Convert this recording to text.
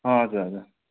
हजुर हजुर